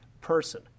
person